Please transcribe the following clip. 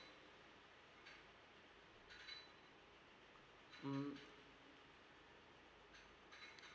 mm